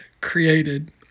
created